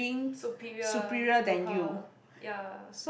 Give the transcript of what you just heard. superior to her ya